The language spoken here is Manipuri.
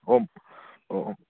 ꯑꯣ ꯑꯣ ꯑꯣ